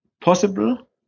possible